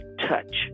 touch